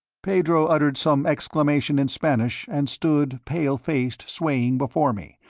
pedro uttered some exclamation in spanish and stood, pale-faced, swaying before me,